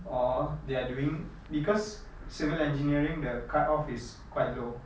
or they are doing because civil engineering the cut off is quite low